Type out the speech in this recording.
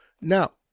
Now